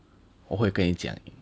我会跟你讲